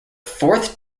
fourth